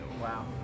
Wow